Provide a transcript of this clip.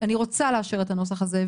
אני רוצה לאשר את הנוסח הזה.